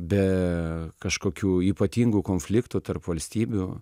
be kažkokių ypatingų konfliktų tarp valstybių